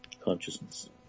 consciousness